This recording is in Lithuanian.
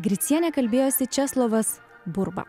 griciene kalbėjosi česlovas burba